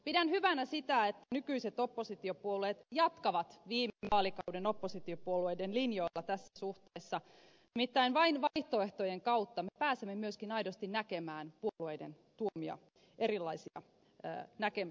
pidän hyvänä sitä että nykyiset oppositiopuolueet jatkavat viime vaalikauden oppositiopuolueiden linjoilla tässä suhteessa nimittäin vain vaihtoehtojen kautta me pääsemme myöskin aidosti näkemään puolueiden tuomia erilaisia näkemyseroja